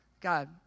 God